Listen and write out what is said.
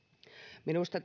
minusta